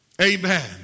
Amen